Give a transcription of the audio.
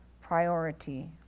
priority